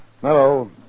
Hello